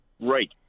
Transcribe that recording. right